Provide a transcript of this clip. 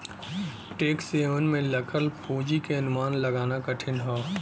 tax haven में रखल पूंजी क अनुमान लगाना कठिन हौ